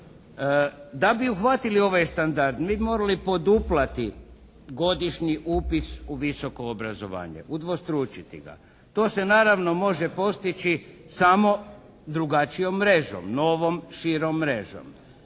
Da bi uhvatili ovaj standard mi bi morali poduplati godišnji upis u visoko obrazovanje, udvostručiti ga. To se naravno može postići samo drugačijom mrežom, novom širom mrežom.